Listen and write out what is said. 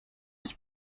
was